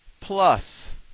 plus